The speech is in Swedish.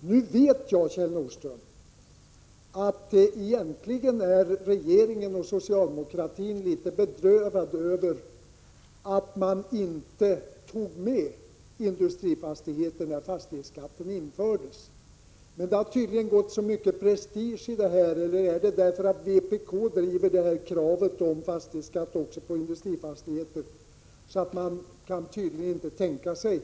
Nu vet jag, Kjell Nordström, att egentligen är regeringen och socialdemokratin litet bedrövad över att man inte tog med industrifastigheterna när fastighetsskatten infördes. Men nu har det tydligen gått så mycket prestige i den här fråga, som drivs av vpk att man inte kan tänka sig